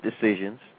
decisions